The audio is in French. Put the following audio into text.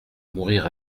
mourir